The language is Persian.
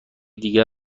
دیگر